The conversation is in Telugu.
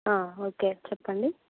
ఓకే చెప్పండి